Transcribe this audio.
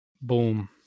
Boom